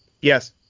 yes